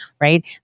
right